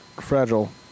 fragile